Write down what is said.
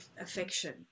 affection